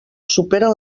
superen